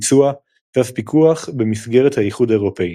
ביצוע ואף פיקוח במסגרת האיחוד האירופי.